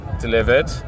delivered